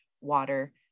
water